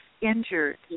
injured